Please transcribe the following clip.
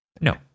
No